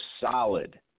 solid